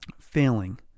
Failing